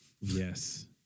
yes